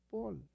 Paul